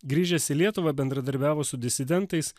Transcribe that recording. grįžęs į lietuvą bendradarbiavo su disidentais